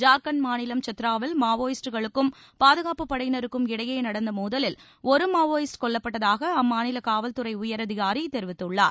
ஜார்கண்ட் மாநிலம் சத்ராவில் மாவோயிஸ்ட்டுகளுக்கும் பாதுகாப்புப் படையினருக்கும் இடையே நடந்த மோதலில் ஒரு மாவோயிஸ்ட் கொல்லப்பட்டதாக அம்மாநில காவல்துறை உயரதிகாரி தெரிவித்துள்ளார்